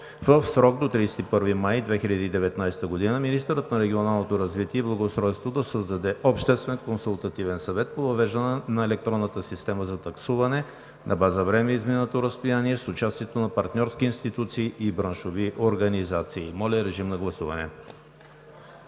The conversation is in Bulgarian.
В срок до 31 март 2019 г. министърът на регионалното развитие и благоустройството да създаде Обществен консултативен съвет по въвеждане на електронната система за таксуване на база време и изминато разстояние с участието на партньорски институции и браншови организации.“ Моля, режим на гласуване.